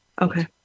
okay